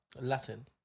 Latin